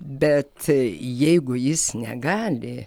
bet jeigu jis negali